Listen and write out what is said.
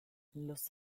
los